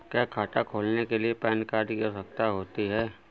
क्या खाता खोलने के लिए पैन कार्ड की आवश्यकता होती है?